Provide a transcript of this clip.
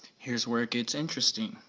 here's where it gets interesting,